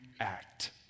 act